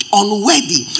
unworthy